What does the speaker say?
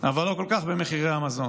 אבל לא כל כך במחירי המזון.